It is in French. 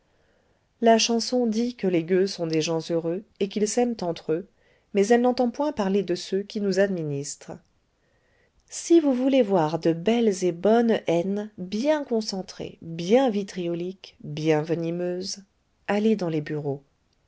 la chanson dit que les gueux sont des gens heureux et qu'ils s'aiment entre eux mais elle n'entend point parler de ceux qui nous administrent si vous voulez voir de belles et bonnes haines bien concentrées bien vitrioliques bien venimeuses allez dans les bureaux